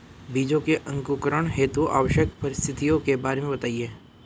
बीजों के अंकुरण हेतु आवश्यक परिस्थितियों के बारे में बताइए